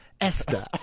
esther